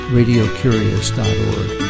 radiocurious.org